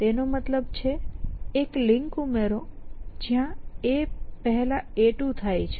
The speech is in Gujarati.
તેનો મતલબ છે એક લિંક ઉમેરો જ્યાં A પહેલા A2 થાય છે